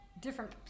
different